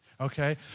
okay